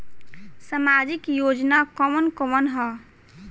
सामाजिक योजना कवन कवन ह?